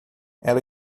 ela